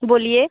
बोलिए